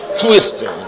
twisting